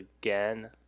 again